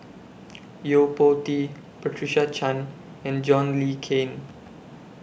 Yo Po Tee Patricia Chan and John Le Cain